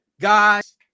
guys